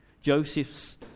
Joseph's